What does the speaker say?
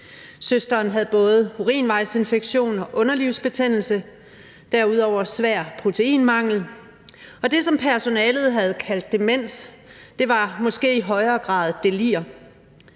Søsteren havde både urinvejsinfektion og underlivsbetændelse og derudover svær proteinmangel, og det, som personalet havde kaldt demens, var måske i højere grad delir.